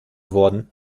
worden